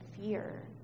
fear